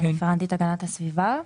אני רפרנטית הגנת הסביבה.